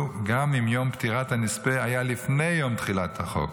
גם אם יום פטירת הנספה היה לפני יום תחילת החוק.